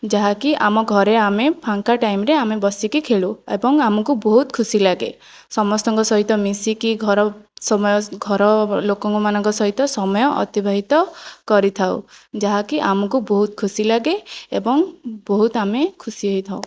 ଯାହାକି ଆମ ଘରେ ଆମେ ଫାଙ୍କା ଟାଇମରେ ଆମେ ବସିକି ଖେଳୁ ଏବଂ ଆମକୁ ବହୁତ ଖୁସି ଲାଗେ ସମସ୍ତଙ୍କ ସହିତ ମିଶିକି ଘର ସମୟ ଘର ଲୋକଙ୍କମାନଙ୍କ ସହିତ ସମୟ ଅତିବାହିତ କରିଥାଉ ଯାହାକି ଆମକୁ ବହୁତ ଖୁସି ଲାଗେ ଏବଂ ବହୁତ ଆମେ ଖୁସି ହୋଇଥାଉ